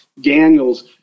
Daniels